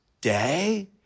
day